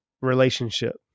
relationship